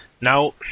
Now